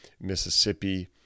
Mississippi